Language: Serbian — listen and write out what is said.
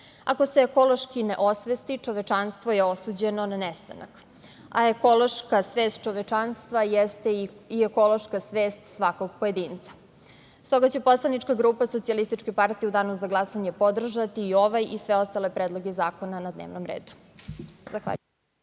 Ako se ekološki ne osvesti, čovečanstvo je osuđeno na nestanak, a ekološka svest čovečanstva jeste i ekološka svest svakog pojedinca. Stoga će poslanička grupa SPS u danu za glasanje podržati i ovaj i sve ostale predloge zakona na dnevnom redu.